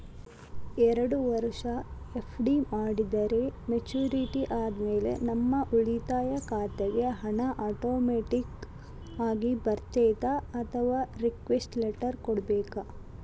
ಎರಡು ವರುಷ ಎಫ್.ಡಿ ಮಾಡಿದರೆ ಮೆಚ್ಯೂರಿಟಿ ಆದಮೇಲೆ ನಮ್ಮ ಉಳಿತಾಯ ಖಾತೆಗೆ ಹಣ ಆಟೋಮ್ಯಾಟಿಕ್ ಆಗಿ ಬರ್ತೈತಾ ಅಥವಾ ರಿಕ್ವೆಸ್ಟ್ ಲೆಟರ್ ಕೊಡಬೇಕಾ?